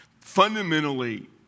fundamentally